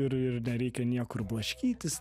ir nereikia niekur blaškytis